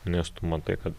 nes tu matai kad